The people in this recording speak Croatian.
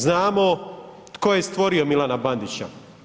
Znamo tko je stvorio Milana Bandića.